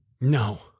No